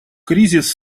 кризис